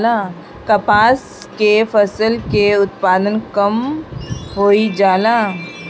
कपास के फसल के उत्पादन कम होइ जाला?